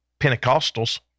Pentecostals